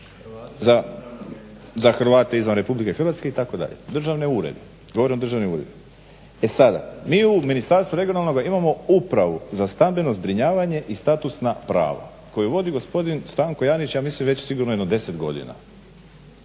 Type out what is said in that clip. za Hrvate izvan RH itd. državne urede, govorim o državnim uredima. E sada, mi u Ministarstvu regionalnoga imamo upravu za stambeno zbrinjavanje i status na pravo koji vodi gospodin Stanko Janjić, ja mislim već sigurno jedno 10 godina,